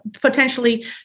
potentially